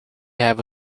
have